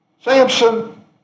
Samson